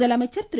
முதலமைச்சர் திரு